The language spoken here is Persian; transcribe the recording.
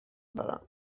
دارم